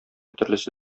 төрлесе